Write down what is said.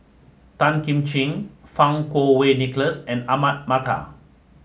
Tan Kim Ching Fang Kuo Wei Nicholas and Ahmad Mattar